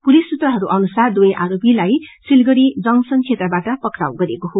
police सूत्रहरू अनुसार दुवै आरोपितलाई सिलगड़ी जक्शन क्षेत्रबाट पक्राउ गरिएको हो